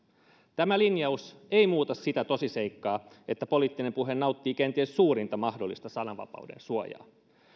tämä linjaus ei muuta sitä tosiseikkaa että poliittinen puhe nauttii kenties suurinta mahdollista sananvapauden suojaa